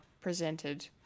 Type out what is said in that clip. presented